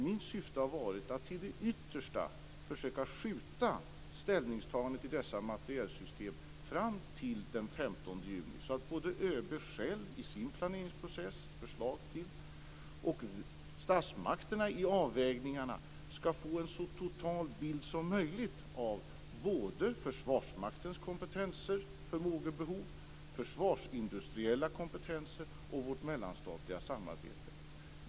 Mitt syfte har varit att till det yttersta försöka skjuta ställningstagandet i dessa materielsystem fram till den 15 juni, så att både ÖB själv i sin planeringsprocess och statsmakterna i avvägningarna skall få en så total bild som möjligt av både Försvarsmaktens kompetenser, förmågor och behov, försvarsindustriella kompetenser och vårt mellanstatliga samarbete.